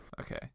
Okay